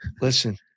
Listen